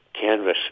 canvas